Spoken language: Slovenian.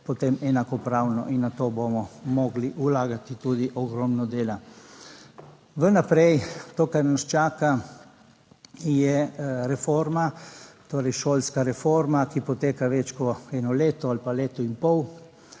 potem enakopravno in na to bomo morali vlagati tudi ogromno dela. V naprej to kar nas čaka, je reforma, torej šolska reforma, ki poteka več kot eno leto ali pa leto in pol.